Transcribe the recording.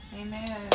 Amen